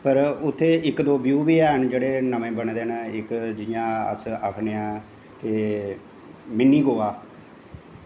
फिर उत्थें इक दो ब्यू बी हैन नै नमें बनें दियां अस आक्खनें आं के मिनी गोवा